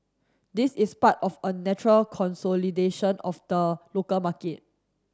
this is part of a natural consolidation of the local market